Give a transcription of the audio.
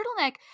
turtleneck